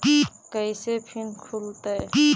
कैसे फिन खुल तय?